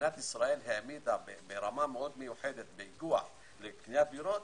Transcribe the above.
שמדינת ישראל העמידה ברמה מאוד מיוחדת לקניית דירות,